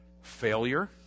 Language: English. failure